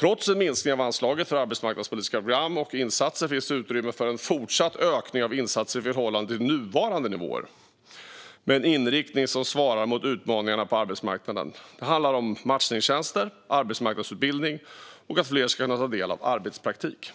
Trots en minskning av anslaget för arbetsmarknadspolitiska program och insatser finns utrymme för en fortsatt ökning av insatser i förhållande till nuvarande nivåer med en inriktning som svarar mot utmaningarna på arbetsmarknaden. Det handlar om matchningstjänster, arbetsmarknadsutbildning och att fler ska kunna ta del av arbetspraktik.